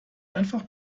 einfach